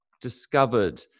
discovered